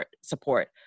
support